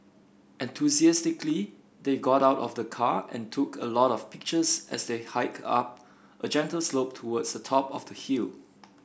enthusiastically they got out of the car and took a lot of pictures as they hiked up a gentle slope towards the top of the hill